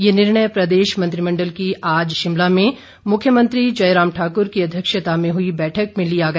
ये निर्णय प्रदेश मंत्रिमंडल की आज शिमला में मुख्यमंत्री जयराम ठाकर की अध्यक्षता में हई बैठक में लिया गया